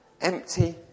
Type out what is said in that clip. empty